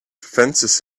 fences